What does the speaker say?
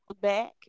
back